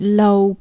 low